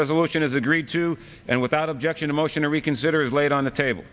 resolution is agreed to and without objection a motion to reconsider is laid on the table